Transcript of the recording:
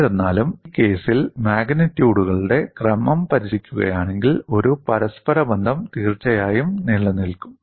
എന്നിരുന്നാലും ഈ കേസിൽ മാഗ്നിറ്റ്യൂഡുകളുടെ ക്രമം പരിശോധിക്കുകയാണെങ്കിൽ ഒരു പരസ്പരബന്ധം തീർച്ചയായും നിലനിൽക്കും